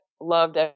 loved